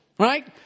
Right